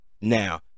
Now